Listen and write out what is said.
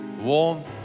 warm